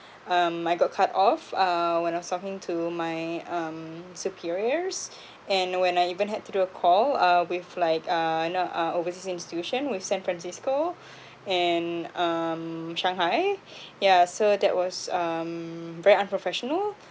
um I got cut off uh when I was talking to my um superiors and when I even had to do a call uh with like uh know uh overseas institution with san francisco and um shanghai yeah so that was um very unprofessional